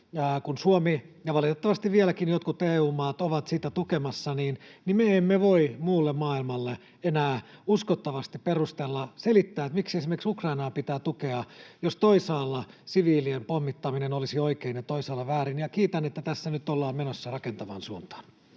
on ollut ja valitettavasti vieläkin jotkut EU-maat ovat sitä tukemassa, niin me emme voi muulle maailmalle enää uskottavasti perustella, selittää, miksi esimerkiksi Ukrainaa pitää tukea, jos toisaalla siviilien pommittaminen olisi oikein ja toisaalla väärin. Kiitän, että tässä nyt ollaan menossa rakentavaan suuntaan.